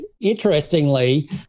Interestingly